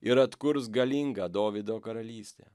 ir atkurs galingą dovydo karalystę